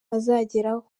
azageraho